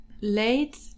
late